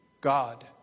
God